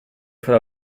farò